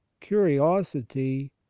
curiosity